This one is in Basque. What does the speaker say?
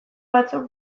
batzuk